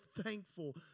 thankful